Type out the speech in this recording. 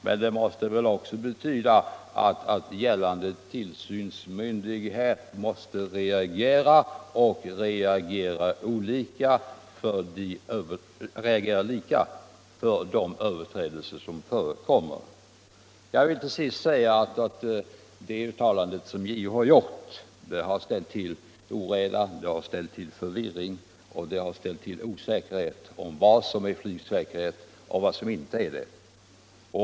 Men det måste väl också betyda att tillsynsmyndigheten skall reagera och reagera lika för de överträdelser som förekommer. Jag vill till sist säga att det uttalande som JO har gjort har ställt till oreda, förvirring och osäkerhet om vad som är flygsäkerhet och vad som inte är det.